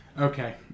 Okay